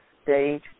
Stage